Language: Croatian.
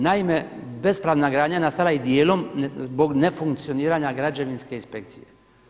Naime, bespravna gradnja nastala je dijelom zbog nefunkcioniranja građevinske inspekcije.